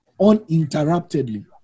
uninterruptedly